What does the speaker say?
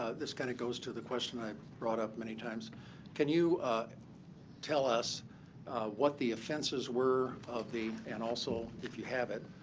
ah this kind of goes to the question i've brought up many times can you tell us what the offenses were of the and also, if you have it,